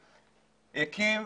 הקים,